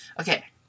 okay